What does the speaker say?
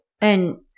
And-